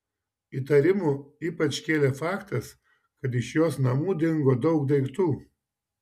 įtarimų ypač kėlė faktas kad iš jos namų dingo daug daiktų